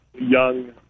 young